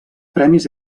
premis